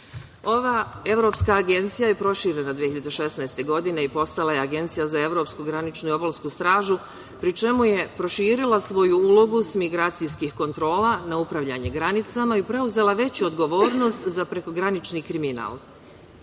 EU.Ova Evropska agencija je proširena 2016. godine i postala je Agencija za evropsku graničnu i obalsku stražu, pri čemu je proširila svoju uloga s migracijskih kontrola na upravljanje granicama i preuzela veću odgovornost za prekogranični kriminal.